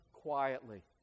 quietly